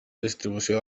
distribució